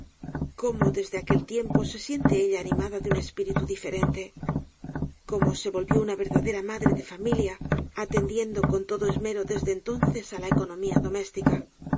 cómo desde aquel tiempo se siente ella animada de un espiritu diferente cómo se volvió una verdadera madre de familia atendiendo con todo esmero desde entonces á la economía doméstica